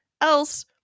else